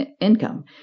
income